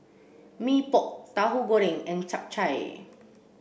Mee Pok Tahu Goreng and Chap Chai